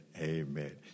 Amen